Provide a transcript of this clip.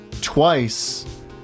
twice